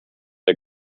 der